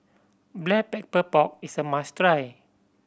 Black Pepper Pork is a must try